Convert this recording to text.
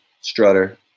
strutter